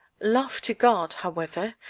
love to god, however,